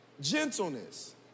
Gentleness